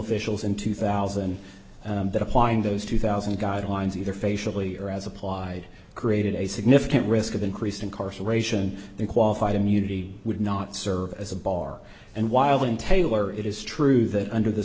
officials in two thousand that applying those two thousand guidelines either facially or as applied created a significant risk of increased incarceration they qualified immunity would not serve as a bar and while in taylor it is true that under the